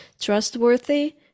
trustworthy